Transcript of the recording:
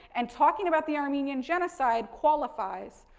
and, talking about the armenian genocide qualifies.